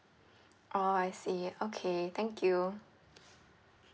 oh I see okay thank you